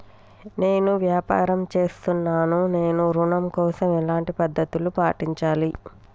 నేను వ్యాపారం చేస్తున్నాను నేను ఋణం కోసం ఎలాంటి పద్దతులు పాటించాలి?